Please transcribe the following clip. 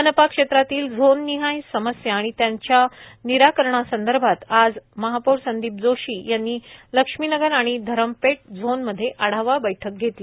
मनपा क्षेत्रातील झोन निहाय समस्या आणि त्याचे निराकरणासंदर्भात आज महापौर संदीप जोशी यांनी लक्ष्मीनगर आणि धरमपेठ झोनमध्ये आढावा बैठक घेतली